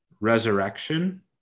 resurrection